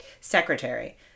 secretary